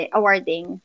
awarding